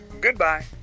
goodbye